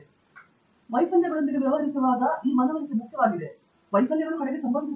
ಆದರೆ ವೈಫಲ್ಯಗಳೊಂದಿಗೆ ವ್ಯವಹರಿಸುವಾಗ ಮುಖ್ಯವಾಗಿದೆ ಮತ್ತು ವೈಫಲ್ಯಗಳು ಕಡೆಗೆ ಸಂಭವಿಸುತ್ತವೆ